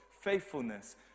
faithfulness